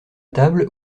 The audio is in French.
table